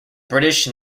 british